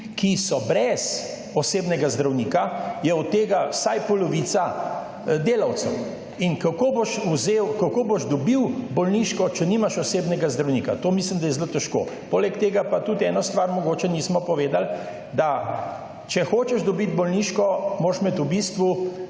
ki so brez osebnega zdravnika je od tega vsaj polovica delavcev. In kako boš dobil bolniško, če nimaš osebnega zdravnika. To mislim, da je zelo težko. Poleg tega pa tudi eno stvar mogoče nismo povedali, da če hočeš dobiti bolniško, moraš imeti v bistvu